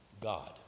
god